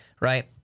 right